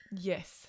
yes